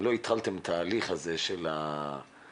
אם לא התחלתם את ההליך הזה של להוציא